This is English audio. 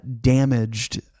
damaged